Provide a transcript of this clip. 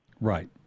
Right